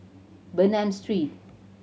Bernam Street